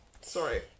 Sorry